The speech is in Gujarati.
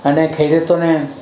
અને ખેડૂતોને